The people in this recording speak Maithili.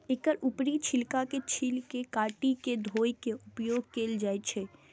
एकर ऊपरी छिलका के छील के काटि के धोय के उपयोग कैल जाए छै